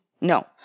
No